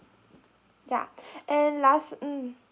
ya and last mm